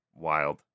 Wild